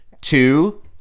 two